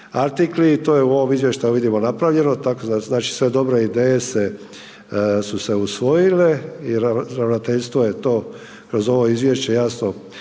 artikli i to je u ovom izvještaju vidimo napravljeno tako da znači sve dobre ideje su se usvojile i ravnateljstvo je to kroz ovo izvješće jasno